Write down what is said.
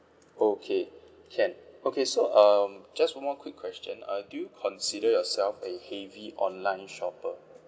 okay can okay so um just one more quick question uh do you consider yourself a heavy online shopper